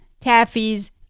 taffies